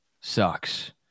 sucks